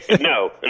no